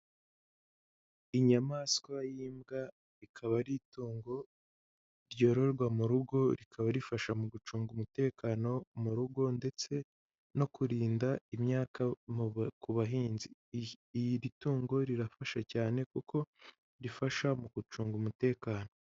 Inyamaswa y'imbwa ikaba ari itungo ryororwa mu rugo, rikaba rifasha mu gucunga umutekano mu rugo, ndetse no kurinda imyaka ku bahinzi. Iri tungo rirafasha cyane kuko rifasha mu gucunga umutekano.